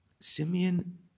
Simeon